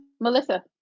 Melissa